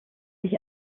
sich